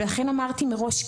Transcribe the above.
ולכן אמרתי מראש קהילה,